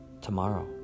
tomorrow